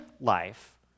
life